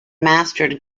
mastered